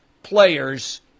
players